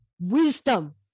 wisdom